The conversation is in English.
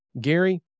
Gary